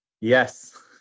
Yes